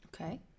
Okay